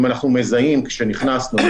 כשנכנסנו,